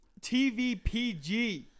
TVPG